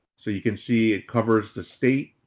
so you can see it covers the state.